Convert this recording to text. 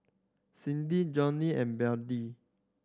Cindy Jordy and Bette